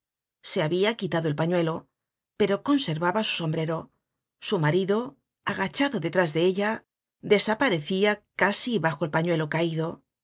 se habia quitado el pañuelo pero conservaba su sombrero su marido agachado detrás de ella desaparecia casi bajo el pañuelo caido